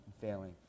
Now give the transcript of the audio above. failing